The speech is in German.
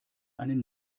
einen